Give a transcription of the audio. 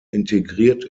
integriert